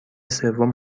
سوم